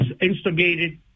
instigated